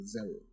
zero